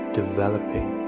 developing